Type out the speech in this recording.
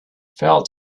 fell